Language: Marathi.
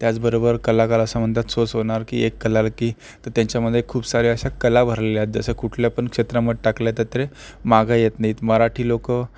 त्याचबरोबर कलाकार असं म्हणतात सौ सोनार की एक कलाल की तर त्यांच्यामध्ये खूप साऱ्या अशा कला भरलेल्या आहेत जसं कुठल्या पण क्षेत्रामध्ये टाकलं तरी ते मागं येत नाहीत मराठी लोकं